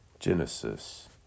Genesis